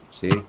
See